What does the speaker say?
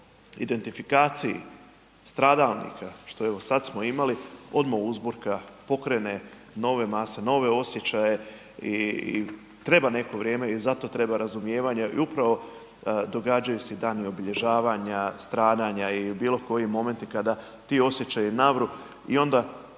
o identifikaciji stradalnika što evo sad smo imali odma uzburka, pokrene nove mase, nove osjećaje i treba neko vrijeme i za to treba razumijevanja i upravo događaju se i dani obilježavanja stradanja i bilo koji momenti kada ti osjećaji navru i onda